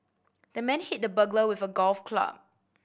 the man hit the burglar with a golf club